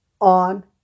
on